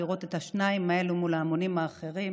לראות את השניים האלה מול ההמונים האחרים